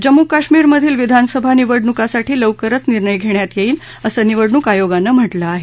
जम्मू कश्मीरमधील विधानसभा निवडणुकांसाठी लवकरच निर्णय घेण्यात येईल असं निवडणूक आयोगानं म्हटलं आहे